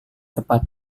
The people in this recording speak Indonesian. tepat